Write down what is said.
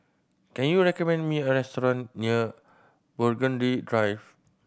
can you recommend me a restaurant near Burgundy Drive